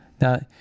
Now